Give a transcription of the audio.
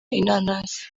inanasi